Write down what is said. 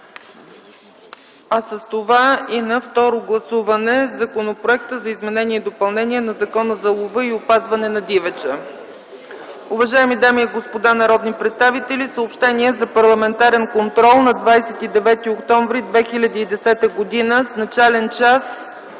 а с това и на второ гласуване Законопроектът за изменение и допълнение на Закона за лова и опазване на дивеча. Уважаеми дами и господа народни представители, съобщения за парламентарен контрол на 29 октомври 2010 г., с начален час